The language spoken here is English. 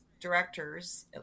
directors